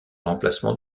l’emplacement